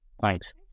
Thanks